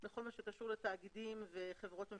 בכל מה שקשור לתאגידים וחברות ממשלתיות.